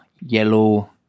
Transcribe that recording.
yellow